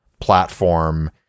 platform